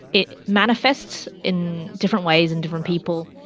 it manifests in different ways in different people,